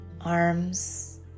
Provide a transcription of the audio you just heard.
arms